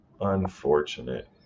Unfortunate